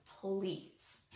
please